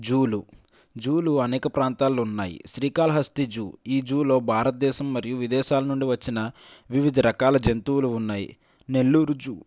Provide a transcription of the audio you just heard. జూలు జూలు అనేక ప్రాంతాల్లో ఉన్నాయి శ్రీకాళహస్తి జూ ఈ జూలో భారతదేశం మరియు విదేశాల నుండి వచ్చిన వివిధ రకాల జంతువులు ఉన్నాయి నెల్లూరు జూ